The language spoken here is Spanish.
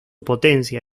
potencia